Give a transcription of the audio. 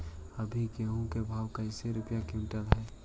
अभी गेहूं के भाव कैसे रूपये क्विंटल हई?